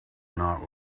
not